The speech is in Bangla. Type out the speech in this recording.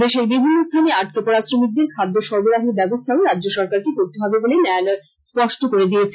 দেশের বিভিন্ন স্থানে আটকে পড়া শ্রমিকদের খদ্য সরবরাহের ব্যবস্থাও রাজ্যসরকারকে করতে হবে বলে ন্যায়ালয় স্পষ্ট করে দিয়েছে